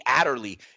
Adderley